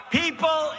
people